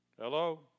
Hello